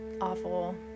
awful